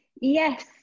Yes